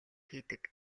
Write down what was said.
хийдэг